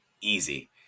easy